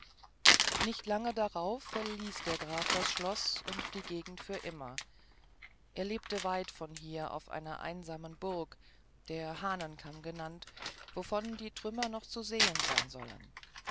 nicht lang darauf verließ der graf das schloß und die gegend für immer er lebte weit von hier auf einer einsamen burg der hahnenkamm genannt davon die trümmer noch zu sehen sein sollen